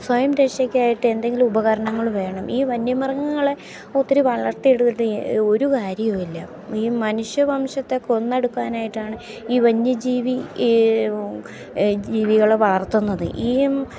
സ്വയം രക്ഷയ്ക്കായിട്ട് എന്തെങ്കിലും ഉപകരണങ്ങൾ വേണം ഈ വന്യമൃഗങ്ങളെ ഒത്തിരി വളർത്തിയെടുത്തിട്ട് ഒരു കാര്യവും ഇല്ല ഈ മനുഷ്യവംശത്തെ കൊന്നൊടുക്കാനായിട്ടാണ് ഈ വന്യജീവി ജീവികളെ വളർത്തുന്നത് ഈ